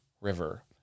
River